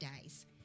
days